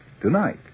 tonight